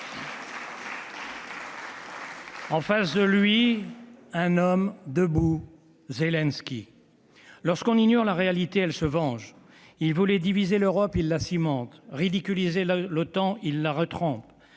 En face de lui, un homme, debout : Zelensky. Lorsqu'on ignore la réalité, elle se venge. Poutine voulait diviser l'Europe, il la cimente. Il voulait ridiculiser l'OTAN, il la retrempe.